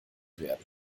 werden